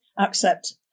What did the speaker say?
accept